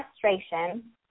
frustration